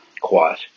quiet